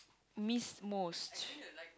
miss most